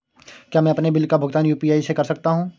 क्या मैं अपने बिल का भुगतान यू.पी.आई से कर सकता हूँ?